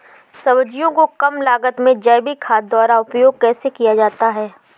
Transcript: सब्जियों को कम लागत में जैविक खाद द्वारा उपयोग कैसे किया जाता है?